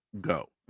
go